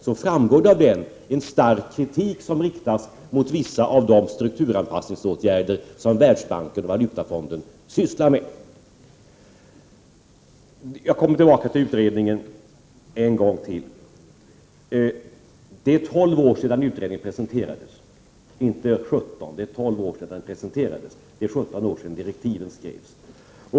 Då framgår det att stark kritik riktas mot vissa av de strukturanspassningsåtgärder som Världsbanken och Valutafonden sysslar med. Jag kommer tillbaka till utredningen en gång till. Det är 12 år sedan utredningen presenterades — inte 17. Det är 17 år sedan direktiven skrevs.